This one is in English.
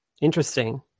interesting